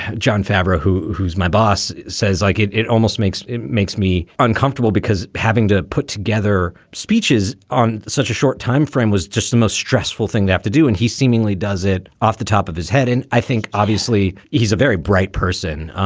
jon favreau, who who's my boss, says, like, it it almost makes makes me uncomfortable because having to put together speeches on such a short timeframe was just the most stressful thing to have to do. and he seemingly does it off the top of his head. and i think obviously he's a very bright person.